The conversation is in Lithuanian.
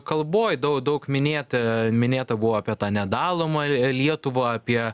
kalboj dau daug minėta minėta buvo apie tą nedalomą lietuvą apie